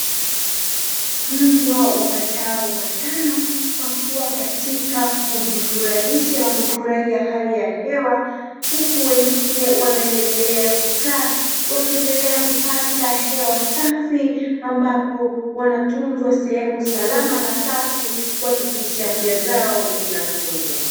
Mbwa wapatao watano wakiwa katika kujifurahisha na kufurahia hali ya hewa huku wengine wanaendelea kukaa wakiendelea kupata hewa safi ambapo wanatunzwa sehemu salama na safi, kuhakikisha afya zao zinatunzwa.